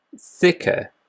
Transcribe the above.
thicker